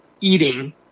eating